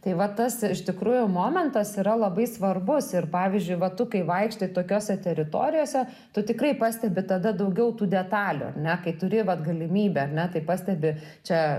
tai va tas iš tikrųjų momentas yra labai svarbus ir pavyzdžiui va tu kai vaikštai tokiose teritorijose tu tikrai pastebi tada daugiau tų detalių ar ne kai turi vat galimybę ar ne tai pastebi čia